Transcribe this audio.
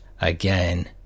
again